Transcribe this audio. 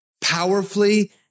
powerfully